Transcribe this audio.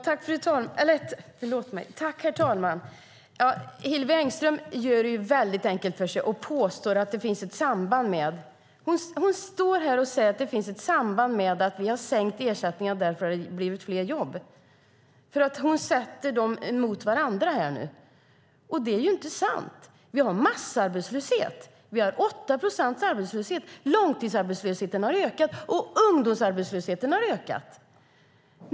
Herr talman! Hillevi Engström gör det väldigt enkelt för sig när hon står här och säger att det finns ett samband mellan att man har sänkt ersättningarna och att det har blivit fler jobb. Hon ställer de två sakerna mot varandra, men det är inte sant. Vi har massarbetslöshet; vi har 8 procents arbetslöshet. Långtidsarbetslösheten har ökat, och ungdomsarbetslösheten har ökat.